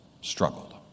struggled